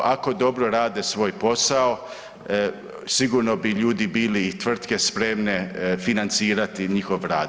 Ako dobro rade svoj posao sigurno bi ljudi bili i tvrtke spremne financirati njihov rad.